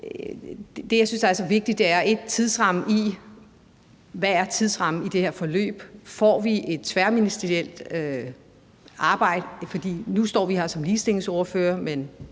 Det, jeg synes er så vigtigt, er, hvad tidsrammen i det her forløb er. Får vi et tværministerielt arbejde? For nu står vi her som ligestillingsordførere, men